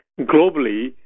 globally